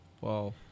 Wow